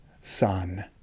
son